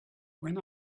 when